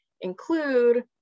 include